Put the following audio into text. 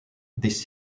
this